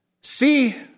see